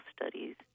studies